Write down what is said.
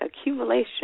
accumulation